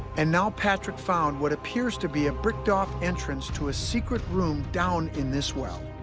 and now patrick found what appears to be a bricked off entrance to a secret room down in this well.